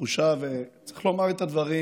והתחושה היא שצריך לומר את הדברים